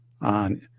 on